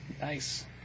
Nice